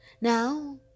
Now